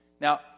Now